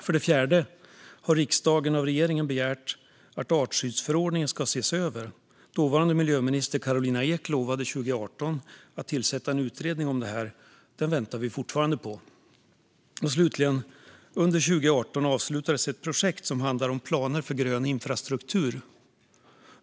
För det fjärde har riksdagen av regeringen begärt att artskyddsförordningen ska ses över. Dåvarande miljöminister Karolina Skog lovade 2018 att tillsätta en utredning om detta. Den väntar vi fortfarande på. Slutligen: Under 2018 avslutades ett projekt som handlade om planer för grön infrastruktur.